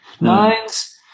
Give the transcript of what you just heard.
Nines